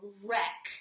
wreck